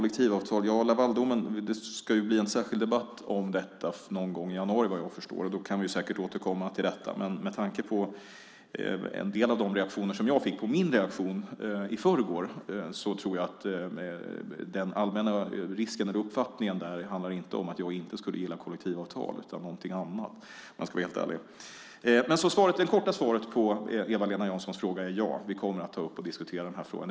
Lavaldomen ska det bli en särskild debatt om i januari, vad jag förstår. Då kan vi säkert återkomma till det. Men med tanke på en del av de reaktioner som jag fick på min reaktion i förrgår så tror jag att den allmänna uppfattningen inte handlar om att jag inte skulle gilla kollektivavtal utan om något annat. Det korta svaret på Eva-Lena Janssons fråga är ja, vi kommer att ta upp och diskutera frågan.